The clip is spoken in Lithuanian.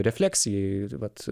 refleksijai ir vat